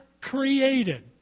created